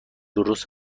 ویروس